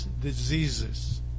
diseases